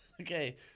Okay